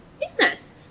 business